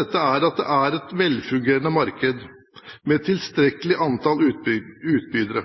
dette er at det er et velfungerende marked med tilstrekkelig antall utbydere.